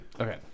Okay